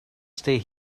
stay